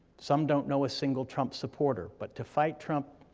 some don't know a single trump supporter, but to fight trump,